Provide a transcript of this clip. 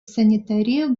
санитарию